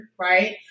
right